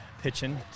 pitching